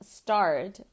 start